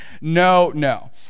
no-no